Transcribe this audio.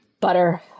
Butter